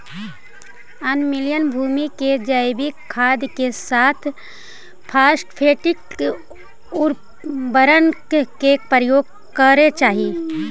अम्लीय भूमि में जैविक खाद के साथ फॉस्फेटिक उर्वरक का प्रयोग करे चाही